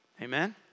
Amen